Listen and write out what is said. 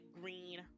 green